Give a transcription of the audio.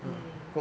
mm